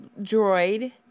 droid